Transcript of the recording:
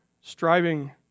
striving